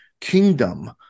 kingdom